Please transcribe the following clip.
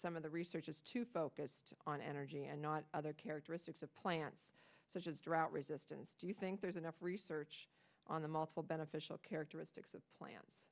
some of the research is too focused on energy and not other characteristics of plants such as drought resistance do you think there's enough research on the multiple beneficial characteristics of plants